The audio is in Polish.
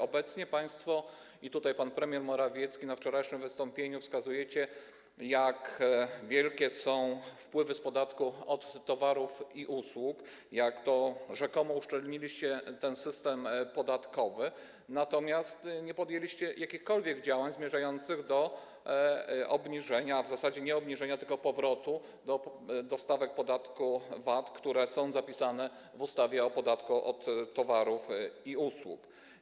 Obecnie państwo i pan premier Morawiecki na wczorajszym wystąpieniu wskazujecie, jak wielkie są wpływy z podatku od towarów i usług, jak to rzekomo uszczelniliście ten system podatkowy, natomiast nie podjęliście jakichkolwiek działań zmierzających do obniżenia, a w zasadzie nie obniżenia, tylko powrotu do stawek podatku VAT, które są zapisane w ustawie o podatku od towarów i usług.